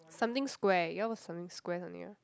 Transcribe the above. something square ya it was something square something ah